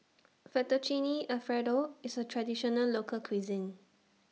Fettuccine Alfredo IS A Traditional Local Cuisine